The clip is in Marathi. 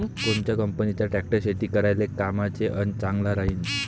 कोनच्या कंपनीचा ट्रॅक्टर शेती करायले कामाचे अन चांगला राहीनं?